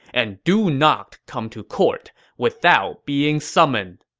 and do not come to court without being summoned!